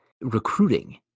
recruiting